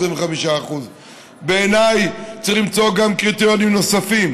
25%; בעיניי צריך למצוא קריטריונים נוספים.